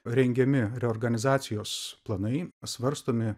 rengiami reorganizacijos planai svarstomi